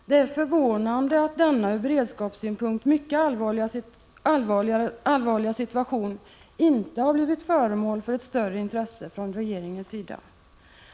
Det är förvånande att denna från beredskapssynpunkt mycket allvarliga situation inte har blivit föremål för ett större intresse från regeringens sida.